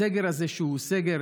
הסגר הזה, שהוא סגר